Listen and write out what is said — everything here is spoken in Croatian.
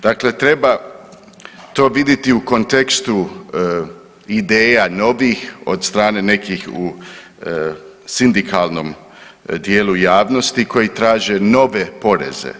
Dakle, treba to vidjeti u kontekstu ideja novih od strane nekih u sindikalnom dijelu javnosti koji traže nove poreze.